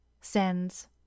sends